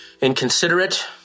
inconsiderate